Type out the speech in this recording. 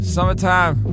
Summertime